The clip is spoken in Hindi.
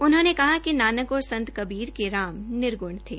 उन्होंने कहा कि नानक और संत कबीर के राम निर्गण थे